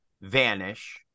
vanish